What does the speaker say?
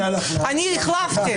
למה את צינית?